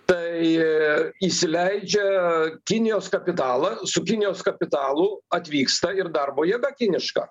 tai įsileidžia kinijos kapitalą su kinijos kapitalu atvyksta ir darbo jėga kiniška